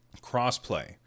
Crossplay